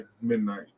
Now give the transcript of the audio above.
midnight